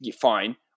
fine